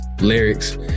lyrics